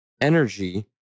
energy